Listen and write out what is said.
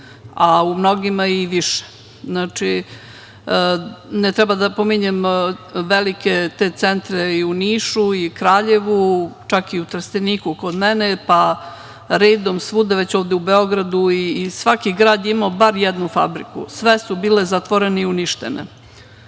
a u mnogima i više. Znači, ne treba da pominjem velike centre i u Nišu, Kraljevu, čak i u Trsteniku kod mene, pa redom svuda, već ovde u Beogradu. Svaki grad je imao bar jednu fabriku i sve su bile zatvorene i uništene. Srećom